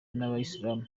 n’abayisilamu